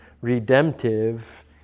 redemptive